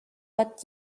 but